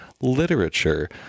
Literature